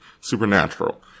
Supernatural